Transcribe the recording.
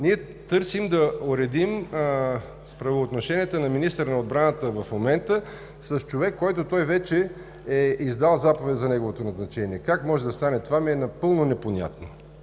ние търсим да уредим правоотношенията на министъра на отбраната в момента с човек, за когото той вече е издал заповед за назначение. Как може да стане това ми е напълно непонятно?!